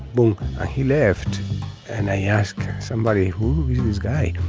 bull he left and i ask somebody who is this guy?